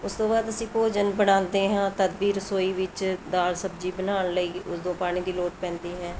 ਉਸ ਤੋਂ ਬਾਅਦ ਅਸੀਂ ਭੋਜਨ ਬਣਾਉਂਦੇ ਹਾਂ ਤਦ ਵੀ ਰਸੋਈ ਵਿੱਚ ਦਾਲ਼ ਸਬਜ਼ੀ ਬਣਾਉਣ ਲਈ ਉਦੋਂ ਪਾਣੀ ਦੀ ਲੋੜ ਪੈਂਦੀ ਹੈ